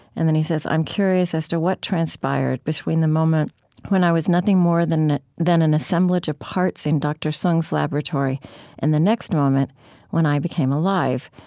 and then he says, i'm curious as to what transpired between the moment when i was nothing more than than an assemblage of parts in dr. soong's laboratory and the next moment when i became alive.